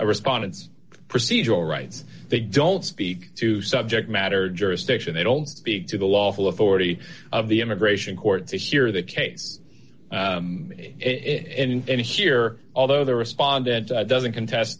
a response procedural rights they don't speak to subject matter jurisdiction they don't speak to the lawful authority of the immigration court to hear that case in and here although the respondent doesn't contest